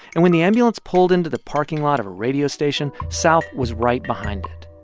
and when the ambulance pulled into the parking lot of a radio station, south was right behind it.